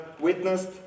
witnessed